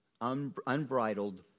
unbridled